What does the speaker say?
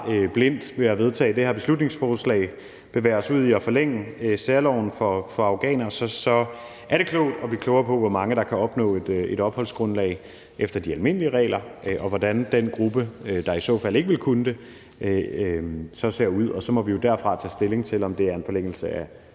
vi ved at vedtage det her beslutningsforslag bare blindt bevæger os ud i at forlænge særloven for afghanere, er det godt at blive klogere på, hvor mange der kan opnå et opholdsgrundlag efter de almindelige regler, og hvordan den gruppe, der i så fald ikke ville kunne det, så ser ud. Og så må vi jo derfra tage stilling til, om det er en forlængelse af